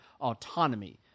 autonomy